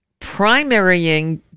primarying